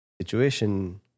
situation